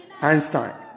Einstein